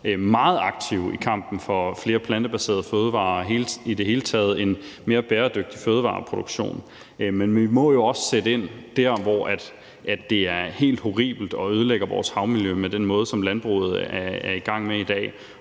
meget aktive i kampen for flere plantebaserede fødevarer og i det hele taget en mere bæredygtig fødevareproduktion, men vi må jo også sætte ind der, hvor det er helt horribelt og ødelægger vores havmiljø, som landbruget med den måde, det